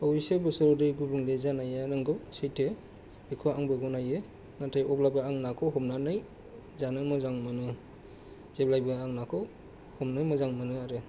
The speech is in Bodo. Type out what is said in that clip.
अब्बयसे बोसोराव दै गुबुंले जानाया नंगौ सैथो बेखौ आंबो गनायो नाथाय अब्लाबो आं नाखौ हमनानै जानो मोजां मोनो जेब्लाबो आं नाखौ हमनो मोजां मोनो आरो